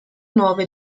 nove